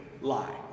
lie